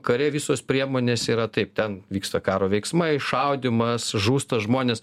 kare visos priemonės yra taip ten vyksta karo veiksmai šaudymas žūsta žmonės